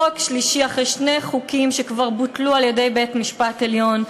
חוק שלישי אחרי שני חוקים שכבר בוטלו על-ידי בית-המשפט העליון,